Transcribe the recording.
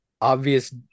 obvious